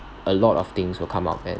a lot of things will come out then